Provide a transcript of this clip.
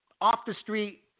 off-the-street